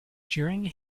during